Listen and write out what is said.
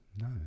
No